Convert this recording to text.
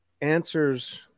answers